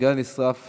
מסגד נשרף